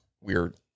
weird